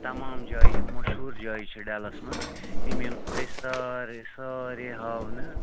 تمام جایہِ یِم مشہوٗر جایہِ چھےٚ ڈَلس منٛز تِم تۄہہِ سارے سارے ہاونہٕ